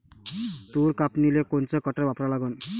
तूर कापनीले कोनचं कटर वापरा लागन?